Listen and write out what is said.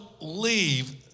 leave